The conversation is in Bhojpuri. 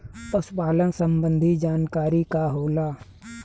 पशु पालन संबंधी जानकारी का होला?